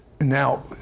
Now